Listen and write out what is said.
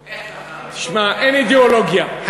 תשמע, אין אידיאולוגיה.